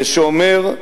שאומר,